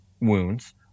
Wounds